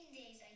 days